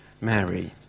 Mary